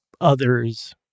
others